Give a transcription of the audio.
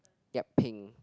yup pink